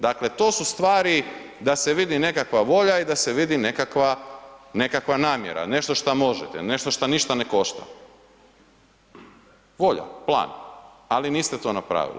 Dakle, to su stvari da se vidi nekakva volja i da se vidi nekakva namjera, nešto što možete, nešto šta ništa ne košta, volja, plan, ali niste to napravili.